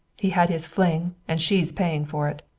he had his fling and she's paying for it.